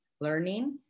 Learning